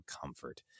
comfort